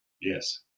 yes